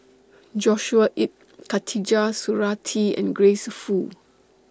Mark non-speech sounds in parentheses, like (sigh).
Joshua Ip Khatijah Surattee and Grace Fu (noise)